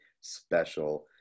special